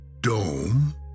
dome